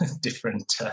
different